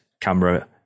camera